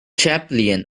chaplain